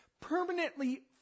permanently